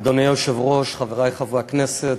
אדוני היושב-ראש, חברי חברי הכנסת,